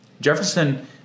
Jefferson